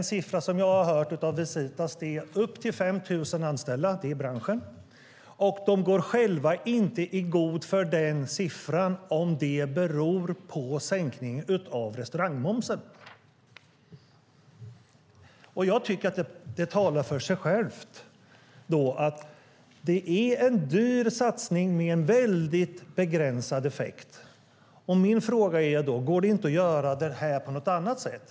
Den siffra som jag har hört av Visitas är upp till 5 000 anställda i branschen, och Visitas går själva inte i god för om siffran beror på sänkningen av restaurangmomsen. Jag tycker att det talar för sig självt; detta är en dyr satsning med en väldigt begränsad effekt. Min fråga är: Går det inte att göra detta på något annat sätt?